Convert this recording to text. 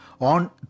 on